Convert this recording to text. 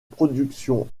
productions